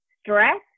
Stress